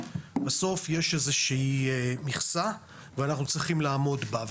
ובסוף יש איזושהי מכסה שאנחנו צריכים לעמוד בה.